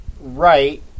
Right